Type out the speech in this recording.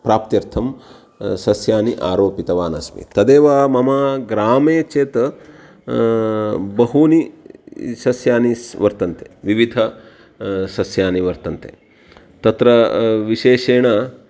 प्राप्त्यर्थं सस्यानि आरोपितवानस्मि तदेव मम ग्रामे चेत् बहूनि सस्यानि सः वर्तन्ते विविधानि सस्यानि वर्तन्ते तत्र विशेषेण